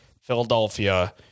Philadelphia